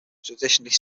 traditionally